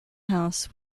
house